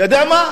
אתה יודע מה?